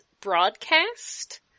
broadcast